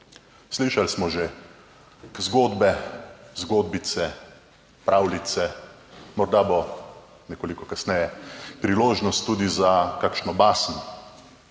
Slišali smo že zgodbe, zgodbice, pravljice, morda bo nekoliko kasneje priložnost tudi za kakšno basen.